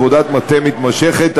עבודת מטה מתמשכת,